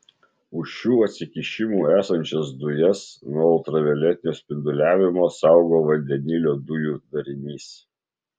už šių atsikišimų esančias dujas nuo ultravioletinio spinduliavimo saugo vandenilio dujų darinys